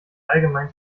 allgemein